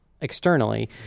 externally